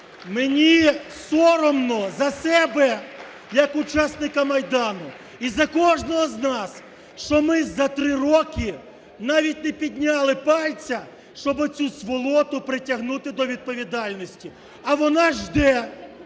мені соромно за себе як учасника Майдану і за кожного з нас, що ми за три роки навіть не підняли пальця, щоб оцю сволоту притягнути до відповідальності. А вона жде,